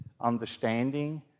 understanding